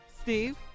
Steve